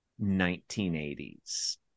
1980s